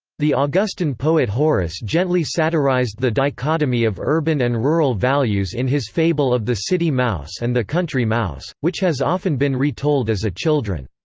the ah augustan poet horace gently satirized the dichotomy of urban and rural values in his fable of the city mouse and the country mouse, which has often been retold as a children's